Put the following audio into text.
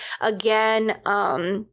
again